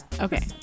Okay